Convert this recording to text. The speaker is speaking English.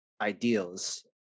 ideals